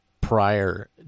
prior